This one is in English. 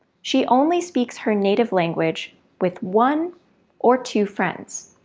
she only speaks her native language with one or two friends,